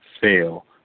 fail